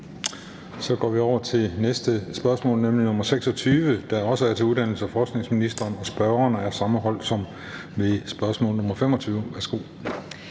Så går vi over til næste spørgsmål, nemlig nr. 26, der også er til uddannelses- og forskningsministeren, og spørgerne er samme hold som ved spørgsmål nr. 25. Kl.